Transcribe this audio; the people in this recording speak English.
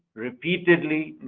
repeatedly,